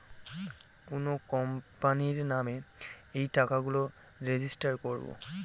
কোনো কোম্পানির নামে এই টাকা গুলো রেজিস্টার করবো